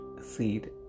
seed